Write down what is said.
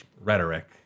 rhetoric